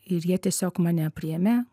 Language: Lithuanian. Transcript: ir jie tiesiog mane priėmė